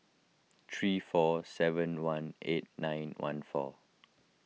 three four seven one eight nine one four